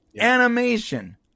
animation